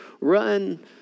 run